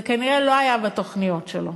זה כנראה לא היה בתוכניות שלו.